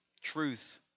truth